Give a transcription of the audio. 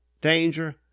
danger